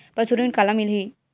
पशु ऋण काला मिलही?